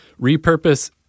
repurpose